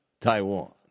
Taiwan